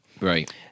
Right